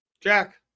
Jack